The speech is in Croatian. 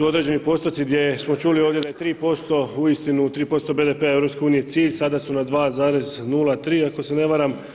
određeni postoci gdje smo čuli ovdje da je 3% uistinu 3% BDP-a EU cilj, sada su na 2,03, ako se ne varam.